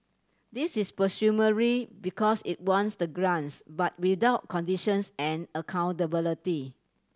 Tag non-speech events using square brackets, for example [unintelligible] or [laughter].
this is [unintelligible] because it wants the grants but without conditions and accountability